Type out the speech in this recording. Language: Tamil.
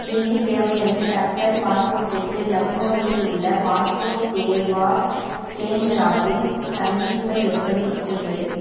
வெள்ளிக்கிழமை அன்று தட்கல் பாஸ்போர்ட்டுக்கு லக்னோவில் உள்ள பாஸ்போர்ட் சேவா கேந்திராவில் சந்திப்பை எப்படி திட்டமிடுவது